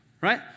right